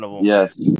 Yes